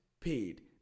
paid